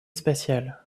spatiales